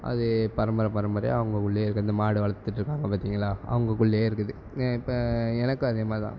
அது பரம்பரை பரம்பரையாக அவங்கக்குள்ளையே இருக்கிறது அவங்க மாடை வளர்ந்துட்டுருக்காங்க பார்த்தீங்களா அவங்கக்குள்ளயே இருக்குது இப்போ எனக்கும் அதேமாதிரி தான்